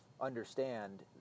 understand